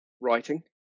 writing